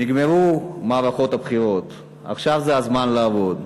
נגמרו מערכות הבחירות, עכשיו זה הזמן לעבוד.